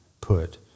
put